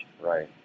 Right